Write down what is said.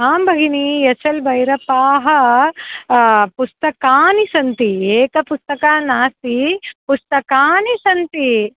आं भगिनि S L बैरपाः पुस्तकानि सन्ति एकं पुस्तकं नास्ति पुस्तकानि सन्ति